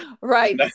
right